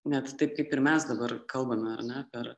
net taip kaip ir mes dabar kalbame ar ne per